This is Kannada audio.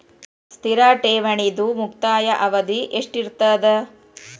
ಸ್ಥಿರ ಠೇವಣಿದು ಮುಕ್ತಾಯ ಅವಧಿ ಎಷ್ಟಿರತದ?